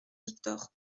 victor